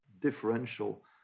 differential